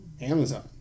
Amazon